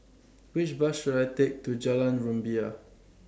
Which Bus should I Take to Jalan Rumbia